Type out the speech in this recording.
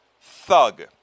Thug